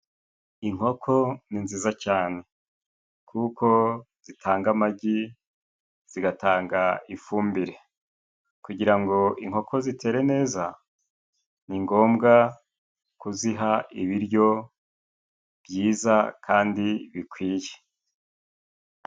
Inkoko ni nziza cyane kuko zitanga amagi, zigatanga ifumbire, kugira ngo inkoko zitere neza ni ngombwa kuziha ibiryo byiza kandi bikwiye.